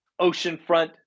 oceanfront